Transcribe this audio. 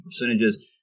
percentages